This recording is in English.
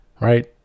right